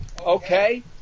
okay